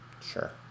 Sure